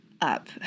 up